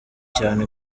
cyane